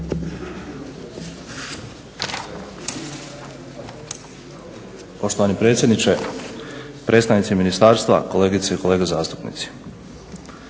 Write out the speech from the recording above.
Poštovani predsjedniče, predstavnici ministarstva, kolegice i kolege zastupnici.